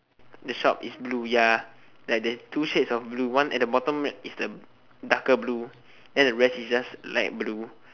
the shop is blue ya like there's two shades of blue one at the bottom is the darker blue then the rest is just light blue